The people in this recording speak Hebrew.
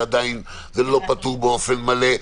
שעדיין זה לא פתור באופן מלא,